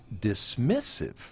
dismissive